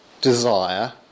desire